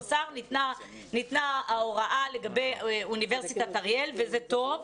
סער ניתנה ההוראה לגבי אוניברסיטת אריאל וזה טוב.